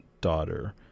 daughter